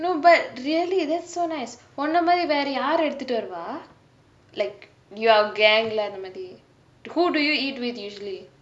no but really that's so nice உன்னே மாதிரி வேற யாரு எடுத்துட்டு வருவா:unnae maathiri verae yaaru eduthuttu varuvaa like your gang லே அந்த மாதிரி:lae antha maathiri who do you eat with usually